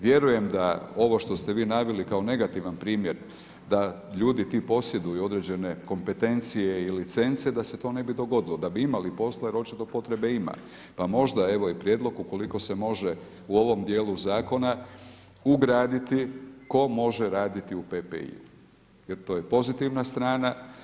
Vjerujem da ovo što ste vi naveli kao negativan primjer da ljudi ti posjeduju određene kompetencije i licence, da se to ne bi dogodilo, da bi imali posla jer očito potrebe ima, pa možda evo i prijedlog ukoliko se može u ovom dijelu zakona ugraditi tko može raditi u PPI-u jer to je pozitivna strana.